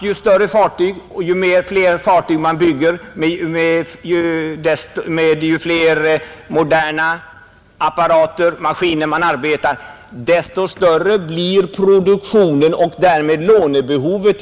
Ju bättre utrustning man arbetar med, desto större blir produktionen och därmed lånebehovet.